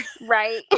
right